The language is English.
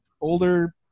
older